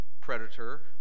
predator